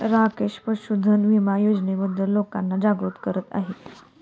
राकेश पशुधन विमा योजनेबद्दल लोकांना जागरूक करत आहे